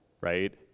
right